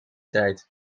tijd